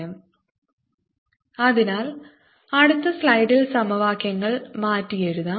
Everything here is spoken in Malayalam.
yIyRyT TyIyR∂xTyT∂x0 yI∂xyR∂xyT∂x 1v1y1∂t1v1yR∂t 1v2yT∂t yIv1yRv1 yTv2 v2yIv2yR v1yT അതിനാൽ അടുത്ത സ്ലൈഡിൽ സമവാക്യങ്ങൾ മാറ്റിയെഴുതാം